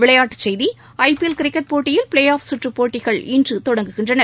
விளையாட்டுச் செய்கிகள் ஐபிஎல் கிரிக்கெட் போட்டியில் ப்ளே ஆஃப் சுற்றுப் போட்டிகள் இன்று தொடங்குகின்றன